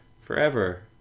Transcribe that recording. forever